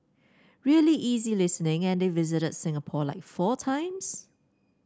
really easy listening and they visited Singapore like four times